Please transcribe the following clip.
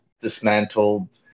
dismantled